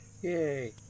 Yay